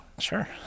sure